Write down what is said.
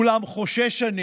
אולם חושש אני